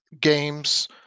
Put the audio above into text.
games